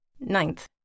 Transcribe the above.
Ninth